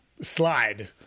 Slide